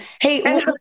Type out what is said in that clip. Hey